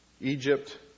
Egypt